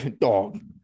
Dog